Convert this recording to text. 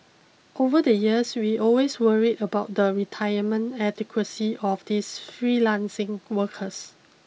over the years we always worried about the retirement adequacy of these freelancing workers